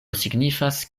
signifas